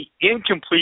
incomplete